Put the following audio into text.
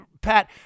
Pat